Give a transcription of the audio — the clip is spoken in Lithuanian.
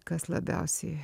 kas labiausiai